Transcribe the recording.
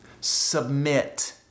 Submit